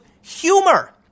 humor